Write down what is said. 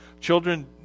Children